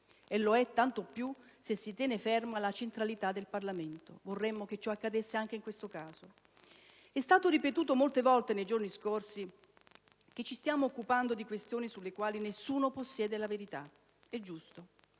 e lo è tanto più se si tiene ferma la centralità del Parlamento. Vorremmo che ciò accadesse anche in questo caso. Nei giorni scorsi è stato ripetuto molte volte che ci stiamo occupando di questioni sulle quali nessuno possiede la verità. È giusto.